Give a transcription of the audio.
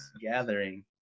gathering